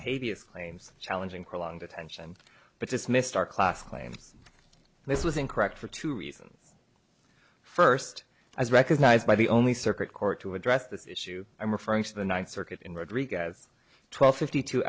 of claims challenging prolonged attention but dismissed our class claims this was incorrect for two reasons first as recognized by the only circuit court to address this issue i'm referring to the ninth circuit in rodriquez twelve fifty two